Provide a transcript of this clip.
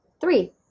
three